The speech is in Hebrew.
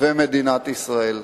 ומדינת ישראל.